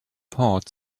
heart